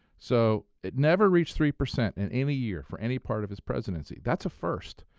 so it never reached three percent in any year for any part of his presidency. that's a first,